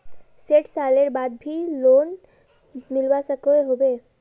सैट सालेर बाद भी लोन मिलवा सकोहो होबे?